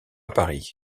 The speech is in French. paris